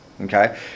Okay